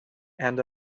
and